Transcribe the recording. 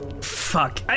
fuck